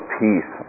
peace